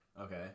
Okay